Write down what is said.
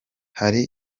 hari